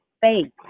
faith